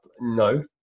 No